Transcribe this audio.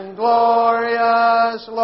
glorious